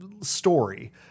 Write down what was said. Story